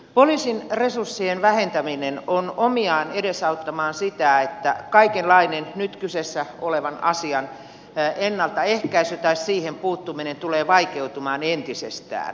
poliisin resurssien vähentäminen on omiaan edesauttamaan sitä että kaikenlainen nyt kyseessä olevan asian ennaltaehkäisy tai siihen puuttuminen tulee vaikeutumaan entisestään